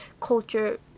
culture